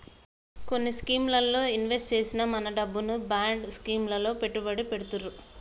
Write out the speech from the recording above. కొన్ని స్కీముల్లో ఇన్వెస్ట్ చేసిన మన డబ్బును బాండ్ స్కీం లలో పెట్టుబడి పెడతుర్రు